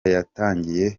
yatangiye